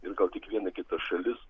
ir gal tik viena kita šalis